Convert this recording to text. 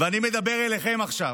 ואני מדבר אליכם עכשיו,